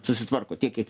susitvarko tiek kiek